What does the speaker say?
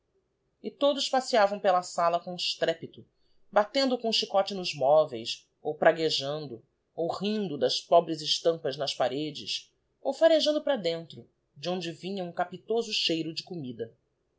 e todos passeiavam pela sala com estrépito batendo com o chicote nos moveis ou praguejando ou rindo das pobres estampas nas paredes ou farejando para dentro de onde vinha um capitoso cheiro de comida